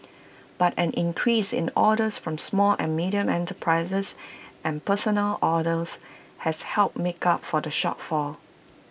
but an increase in orders from small and medium enterprises and personal orders has helped make up for the shortfall